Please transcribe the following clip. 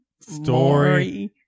Story